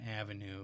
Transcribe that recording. avenue